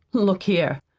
look here.